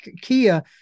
kia